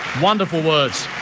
wonderful words.